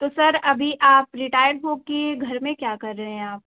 तो सर अभी आप रिटायर हो कर घर में क्या कर रहे हैं आप